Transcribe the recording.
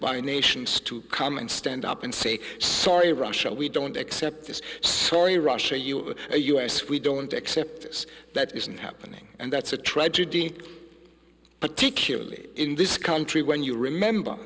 by nations to come and stand up and say sorry russia we don't accept this sorry russia you are a us we don't accept this that isn't happening and that's a tragedy particularly in this country when you remember